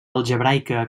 algebraica